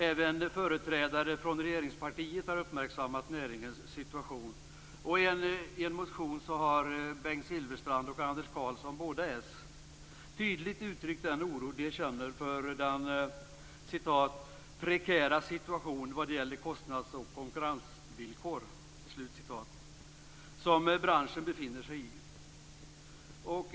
Även företrädare från regeringspartiet har uppmärksammat näringens situation, och i en motion har Bengt Silfverstrand och Anders Karlsson, båda s, tydligt uttryckt den oro de känner för den "prekära situation vad gäller kostnads och konkurrensvillkor" som branschen befinner sig i.